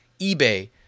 eBay